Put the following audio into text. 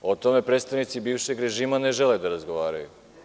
O tome predstavnici bivšeg režima ne žele da razgovaraju.